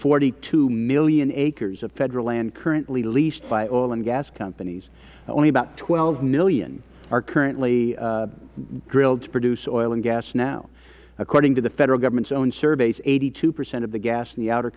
forty two million acres of american land currently leased by oil and gas companies only about twelve million are currently drilled to produce oil and gas now according to the federal government's own surveys eighty two percent of the gas in the outer